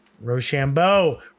Rochambeau